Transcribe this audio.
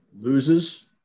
loses